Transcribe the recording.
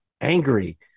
angry